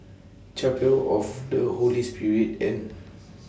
Chapel of The Holy Spirit and